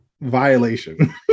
violation